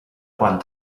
quan